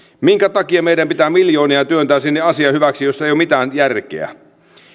minkä takia meidän pitää miljoonia työntää sinne asian hyväksi jossa ei ole mitään järkeä